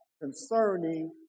concerning